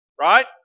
Right